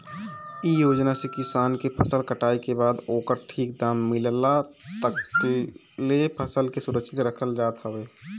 इ योजना से किसान के फसल कटाई के बाद ओकर ठीक दाम मिलला तकले फसल के सुरक्षित रखल जात हवे